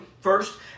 first